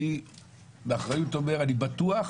אני באחריות אומר, אני בטוח